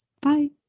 Bye